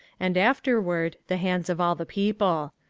and afterward the hands of all the people.